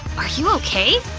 are you okay?